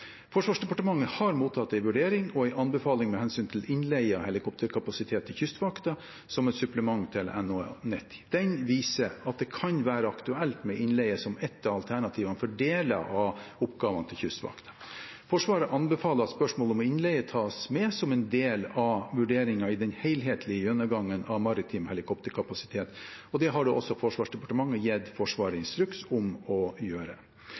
Forsvarsdepartementet har mottatt en vurdering og anbefaling med hensyn til innleie av helikopterkapasitet til Kystvakten som et supplement til NH90. Den viser at det kan være aktuelt med innleie som et av alternativene for deler av oppgavene til Kystvakten. Forsvaret anbefaler at spørsmålet om innleie tas med som en del av vurderingen i den helhetlige gjennomgangen av maritim helikopterkapasitet. Det har også Forsvarsdepartementet gitt Forsvaret instruks om å gjøre.